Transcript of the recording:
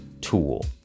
tool